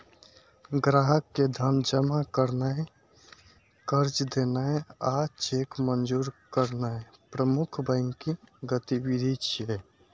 ग्राहक के धन जमा करनाय, कर्ज देनाय आ चेक मंजूर करनाय प्रमुख बैंकिंग गतिविधि छियै